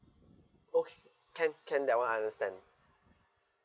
okay can can that [one] I understand